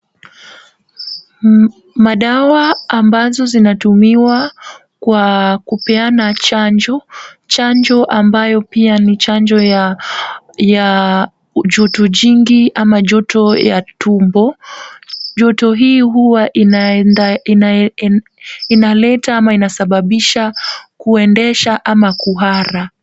Madawa ambazo zinatumiwa kwa kupeana chanjo. Chanjo ambayo pia ni chanjo ya joto jingi ama joto ya tumbo. Joto hii huwa inaleta ama inasababisha kuendesha ama kuhara.